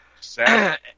Sad